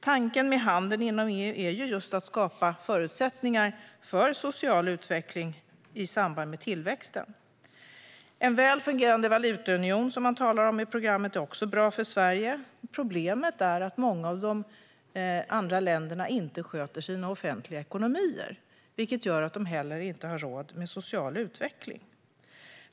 Tanken med handeln inom EU är ju just att skapa förutsättningar för social utveckling i samband med tillväxten. En väl fungerande valutaunion, som man talar om i programmet, är också bra för Sverige. Problemet är dock att många av de andra länderna inte sköter sina offentliga ekonomier, vilket gör att de inte heller har råd med social utveckling.